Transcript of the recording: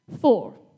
four